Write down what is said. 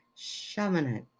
Shamanic